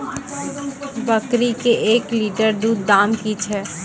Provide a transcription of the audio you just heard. बकरी के एक लिटर दूध दाम कि छ?